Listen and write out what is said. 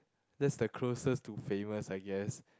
that's the closest to famous I guess